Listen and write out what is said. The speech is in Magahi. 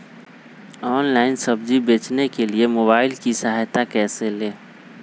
ऑनलाइन सब्जी बेचने के लिए मोबाईल की सहायता कैसे ले?